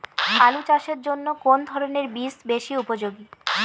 আলু চাষের জন্য কোন ধরণের বীজ বেশি উপযোগী?